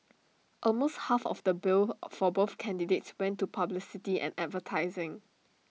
almost half of the bill for both candidates went to publicity and advertising